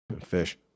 fish